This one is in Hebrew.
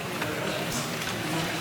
גליק,